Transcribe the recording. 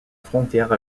frontière